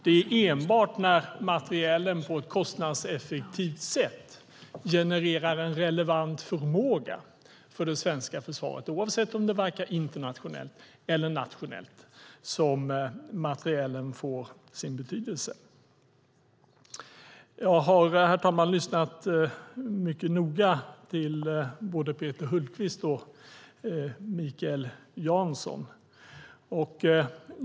Det är enbart när materielen på ett kostnadseffektivt sätt genererar en relevant förmåga för det svenska försvaret, oavsett om det verkar internationellt eller nationellt, som materielen får sin betydelse. Jag har lyssnat mycket noga både till Peter Hultqvist och till Mikael Jansson.